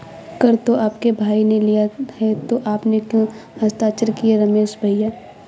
कर तो आपके भाई ने लिया है तो आपने क्यों हस्ताक्षर किए रमेश भैया?